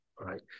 right